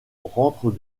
rentre